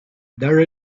there